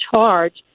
charge